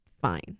fine